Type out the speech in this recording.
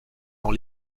dans